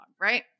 right